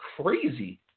crazy